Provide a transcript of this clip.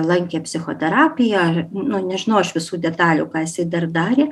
lankė psichoterapiją ar nu nežinau iš visų detalių ką jisai dar darė